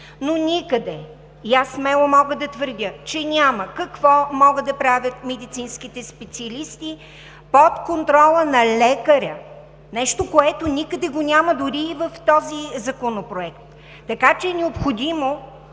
Но никъде, и аз смело мога да твърдя, че няма какво могат да правят медицинските специалисти под контрола на лекаря – нещо, което никъде го няма, дори и в този законопроект. Така че е необходимо